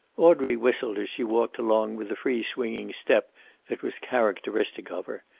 audrey whistled as she walked along with the free swinging step that was characteristic of her,